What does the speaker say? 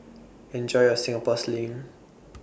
Enjoy your Singapore Sling